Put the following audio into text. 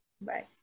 Bye